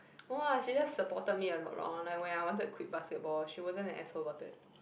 no ah she just supported me a lot lor like when I wanted quit basketball she wasn't an asshole about it